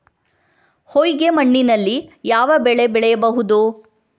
ಹೊಯ್ಗೆ ಮಣ್ಣಿನಲ್ಲಿ ಯಾವ ಬೆಳೆ ಬೆಳೆಯಬಹುದು?